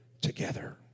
together